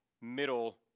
middle